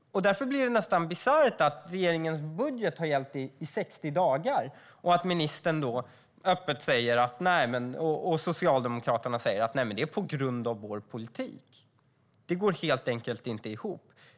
Därför blir det nästan bisarrt att regeringens budget har gällt i 60 dagar och ministern och Socialdemokraterna säger: Det är en följd av vår politik. Det går helt enkelt inte ihop.